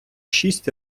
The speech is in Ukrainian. шість